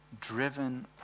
driven